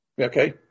Okay